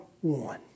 one